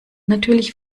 natürlich